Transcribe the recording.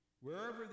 Wherever